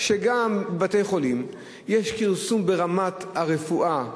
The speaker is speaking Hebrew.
שגם בבתי-חולים יש כרסום ברמת הרפואה,